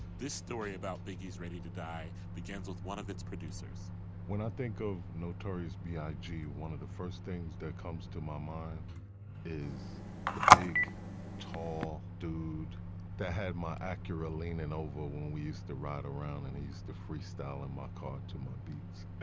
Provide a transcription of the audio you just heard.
this story about big is ready to die begins with one of its producers when i think of notorious ah baiji one of the first things that comes to my mind is the big tall dude that had my accurate lean in over when we used to ride around and he used to freestyle in my car to my beats